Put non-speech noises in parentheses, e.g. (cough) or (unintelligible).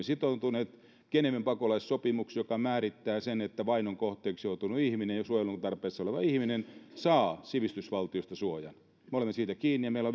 (unintelligible) sitoutuneet geneven pakolaissopimukseen joka määrittää sen että vainon kohteeksi joutunut ihminen ja suojelun tarpeessa oleva ihminen saa sivistysvaltiosta suojan me olemme siinä kiinni ja meillä (unintelligible)